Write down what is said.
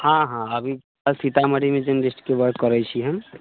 हाँ हाँ अभी तऽ सीतामढ़ीमे जर्नलिस्टके वर्क करै छी हम